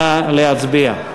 נא להצביע.